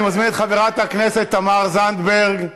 אני מזמין את חברת הכנסת תמר זנדברג.